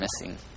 missing